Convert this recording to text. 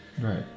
Right